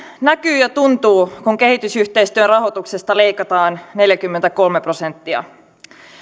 näkyy ja tuntuu kun kehitysyhteistyörahoituksesta leikataan neljäkymmentäkolme prosenttia